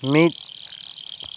ᱢᱤᱫ